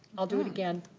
i'll do it again.